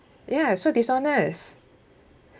ya so dishonest